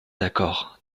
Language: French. d’accord